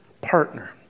partner